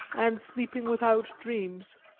and sleeping without dreams.